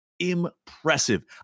impressive